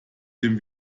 dem